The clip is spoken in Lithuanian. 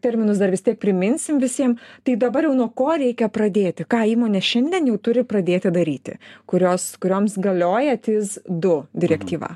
terminus dar vis tiek priminsim visiem tai dabar jau nuo ko reikia pradėti ką įmonės šiandien jau turi pradėti daryti kurios kurioms galioja tys du direktyva